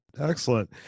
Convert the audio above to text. Excellent